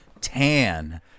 tan